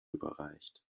überreicht